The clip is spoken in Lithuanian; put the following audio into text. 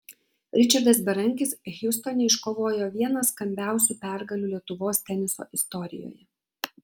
ričardas berankis hjustone iškovojo vieną skambiausių pergalių lietuvos teniso istorijoje